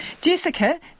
jessica